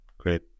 Great